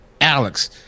Alex